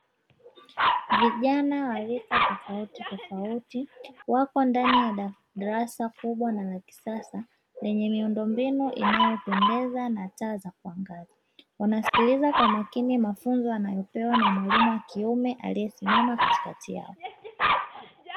Vijana wa rika tofauti tofauti wako ndani ya darasa kubwa na la kisasa lenye miundombinu inayopendeza na taa za kuangaza, wanasikiliza kwa makini mafunzo wanayopewa na mwalimu wa kiume aliyesimama katikati yao.